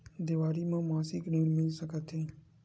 देवारी म मासिक ऋण मिल सकत हे?